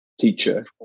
teacher